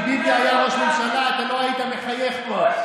אם ביבי היה ראש ממשלה, אתה לא היית מחייך פה.